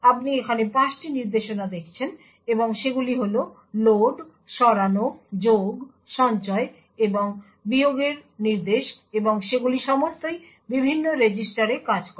আপনি এখানে 5টি নির্দেশনা দেখছেন এবং সেগুলি হল লোড সরানো যোগ সঞ্চয় এবং বিয়োগের নির্দেশ এবং সেগুলি সমস্তই বিভিন্ন রেজিস্টারে কাজ করে